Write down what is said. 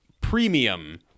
premium